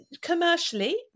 commercially